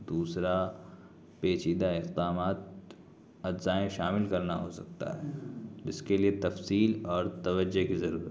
دوسرا پیچیدہ اقدامات اجزائیں شامل کرنا ہو سکتا ہے جس کے لیے تفصیل اور توجہ کی ضرورت ہے